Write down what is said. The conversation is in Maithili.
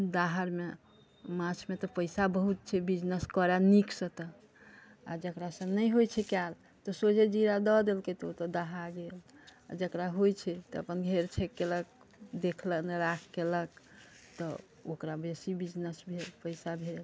दाहरमे माछमे तऽ पैसा बहुत छै बिजनेस करय नीकसँ तऽ आओर जकरासँ नहि होइ छै कयल तऽ सोझे जीरा दऽ देलकै तऽ ओ दहा गेल आओर जकरा होइ छै तऽ अपन घेर छेक केलक देखलनि केलक तऽ ओकरा बेसी बिजनेस भेल पैसा भेल